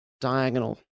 diagonal